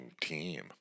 team